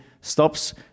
stops